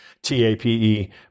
T-A-P-E